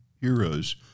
heroes